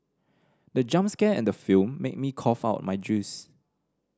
the jump scare in the film made me cough out my juice